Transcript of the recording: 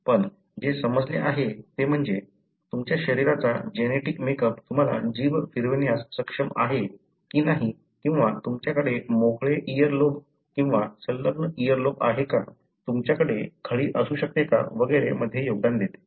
पण जे समजले आहे ते म्हणजे तुमच्या शरीराचा जेनेटिक मेकअप तुम्हाला जीभ फिरवण्यास सक्षम आहे की नाही किंवा तुमच्याकडे मोकळे इअरलोब किंवा संलग्न इअरलोब आहे का तुमच्याकडे खळी असू शकते का वगैरे मध्ये योगदान देते